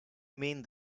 mean